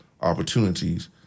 opportunities